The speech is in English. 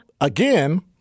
again